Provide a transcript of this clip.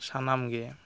ᱥᱟᱱᱟᱢ ᱜᱮ